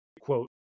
quote